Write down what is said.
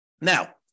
Now